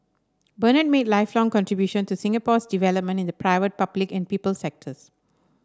Bernard made lifelong contribution to Singapore's development in the private public and people sectors